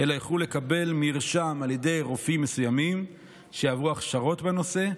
אלא יוכלו לקבל מרשם על ידי רופאים מסוימים שעברו הכשרות בנושא.